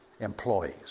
employees